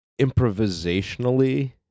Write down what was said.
improvisationally